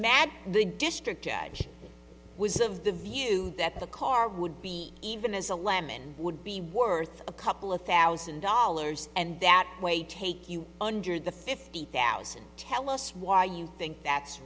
and the district judge was of the view that the car would be even as a lemon would be worth a couple of thousand dollars and that way take you under the fifty thousand tell us why you think that's